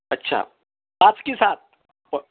अच्छा पाच की सात प